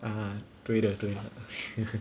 ah 对的对的